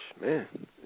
Man